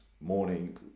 morning